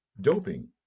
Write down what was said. doping